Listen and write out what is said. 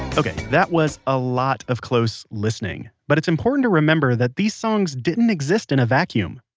ok, that was a lot of close listening. but it's important to remember that these songs didn't exist in a vacuum.